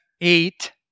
eight